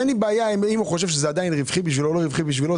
אם הוא חושב שזה עדיין רווחי בשבילו או לא רווחי בשבילו,